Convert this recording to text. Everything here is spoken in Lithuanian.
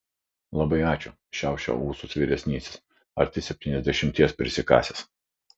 labai ačiū šiaušia ūsus vyresnysis arti septyniasdešimties prisikasęs